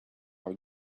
are